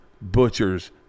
butchers